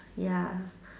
ya